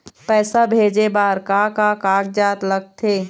पैसा भेजे बार का का कागजात लगथे?